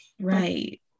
right